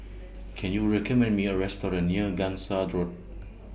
Can YOU recommend Me A Restaurant near Gangsa Road